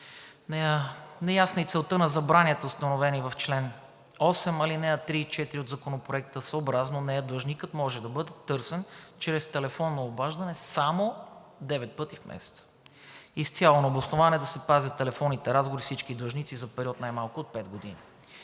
Неясна е и целта на забраните, установени в чл. 8, ал. 3 и 4 от Законопроекта. Съобразно нея длъжникът може да бъде търсен чрез телефонно обаждане само девет пъти в месеца. Изцяло необосновано е да си пазят телефонните разговори всички длъжници за период най-малко от пет години.